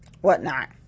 whatnot